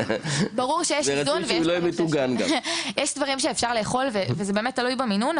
יש דברים שאפשר לאכול וזה באמת תלוי גם במינון,